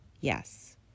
Yes